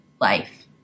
life